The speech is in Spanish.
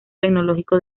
tecnológico